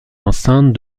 enceinte